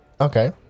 okay